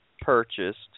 purchased